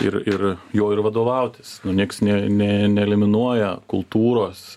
ir ir juo ir vadovautis nu nieks ne ne neeliminuoja kultūros